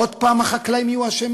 עוד פעם החקלאים יהיו אשמים?